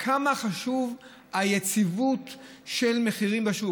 כמה חשובה היציבות של מחירים בשוק?